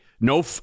no